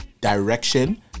direction